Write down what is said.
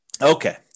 Okay